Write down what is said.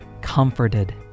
comforted